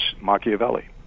Machiavelli